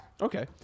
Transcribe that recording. Okay